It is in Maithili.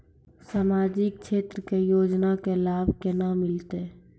समाजिक क्षेत्र के योजना के लाभ केना मिलतै?